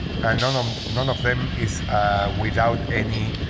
and none um none of them is without any